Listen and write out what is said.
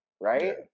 Right